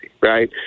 right